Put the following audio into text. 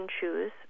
choose